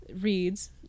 reads